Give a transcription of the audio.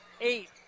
eight